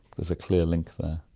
there's a clear link there.